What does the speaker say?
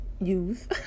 use